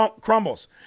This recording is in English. crumbles